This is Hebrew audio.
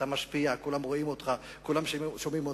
אתה משפיע, כולם רואים אותך, כולם שומעים אותך,